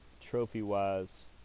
trophy-wise